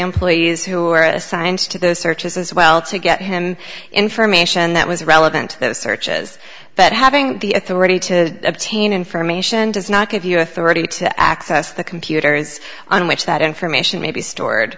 employees who were assigned to those searches as well to get him information that was relevant to those searches but having the authority to obtain information does not give you a thirty to access the computers on which that information may be stored